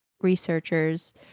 researchers